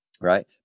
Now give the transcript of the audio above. right